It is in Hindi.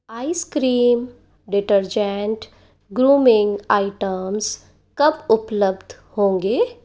आइसक्रीम डिटर्जेंट ग्रूमिंग आइटम्स कब उपलब्ध होंगे